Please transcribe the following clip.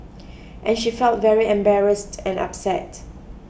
and she felt very embarrassed and upset